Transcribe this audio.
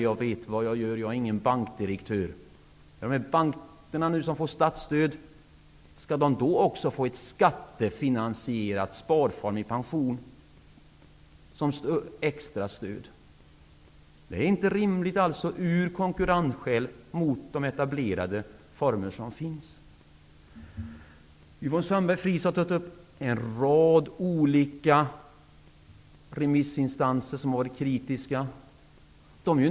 Jag vet vad jag gör. Jag är ingen bankdirektör. Skall dessa banker som nu får statsstöd dessutom som extra stöd få ett skattefinansierat pensionssparande? Det är alltså av konkurrensskäl inte rimligt att införa den nya sparformen, jämfört med de etablerade sparformer som finns. Yvonne Sandberg-Fries har nämnt en rad olika remissinstanser som har varit kritiska.